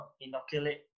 inoculate